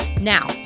Now